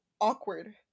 awkward